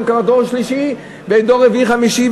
הם כבר דור שלישי ודור רביעי וחמישי,